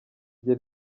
njye